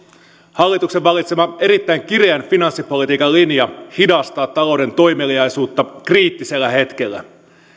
hallituksen valitsema erittäin kireän finanssipolitiikan linja hidastaa talouden toimeliaisuutta kriittisellä hetkellä